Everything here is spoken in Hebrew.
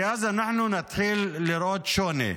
כי אז אנחנו נתחיל לראות שוני.